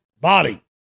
body